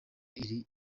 iri